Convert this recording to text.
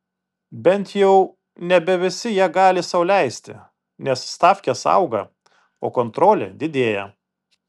bent jau nebe visi ją gali sau leisti nes stavkės auga o kontrolė didėja